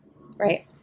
right